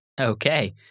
Okay